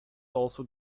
also